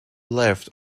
left